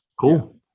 Cool